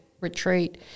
retreat